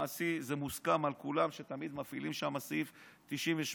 מעשי מוסכם על כולם שתמיד מפעילים שם סעיף 98,